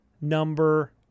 number